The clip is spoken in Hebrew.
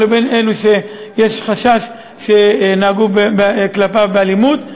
לבין אלו שיש חשש שנהגו כלפיו באלימות.